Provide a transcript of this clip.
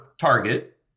target